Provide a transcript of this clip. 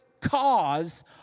cause